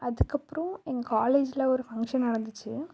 அதுக்கப்பறம் எங்கள் காலஜில் ஒரு ஃபங்க்ஷன் நடந்துச்சி